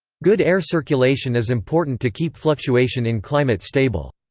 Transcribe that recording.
good air circulation is important to keep fluctuation in climate stable.